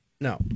no